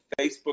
Facebook